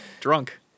Drunk